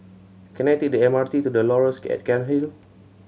can I take the M R T to The Laurels at Cairnhill